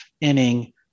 inning